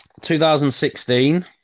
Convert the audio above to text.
2016